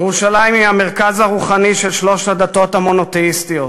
ירושלים היא המרכז הרוחני של שלוש הדתות המונותיאיסטיות: